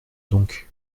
donc